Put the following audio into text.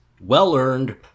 well-earned